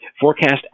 forecast